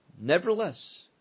Nevertheless